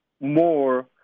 more